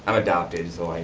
um adopted so, and